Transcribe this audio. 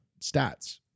stats